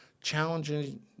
challenging